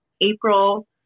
April